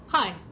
Hi